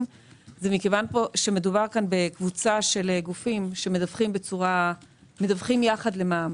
היא מכיוון שמדובר פה בקבוצה של גופים שמדווחים יחד למע"מ